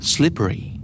Slippery